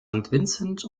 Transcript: vincent